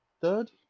third